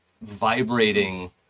vibrating